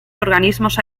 organismos